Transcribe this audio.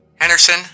Henderson